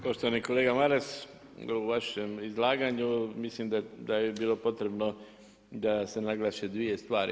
Poštovani kolega Maras, u vašem izlaganju mislim da je bilo potrebno da se naglasi dvije stvari.